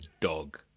dog